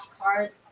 cards